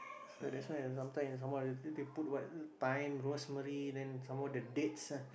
so that's why sometime some more they they put what thyme rosemary then some more the dates ah